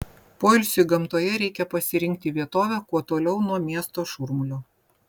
poilsiui gamtoje reikia pasirinkti vietovę kuo toliau nuo miesto šurmulio